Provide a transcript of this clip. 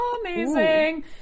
Amazing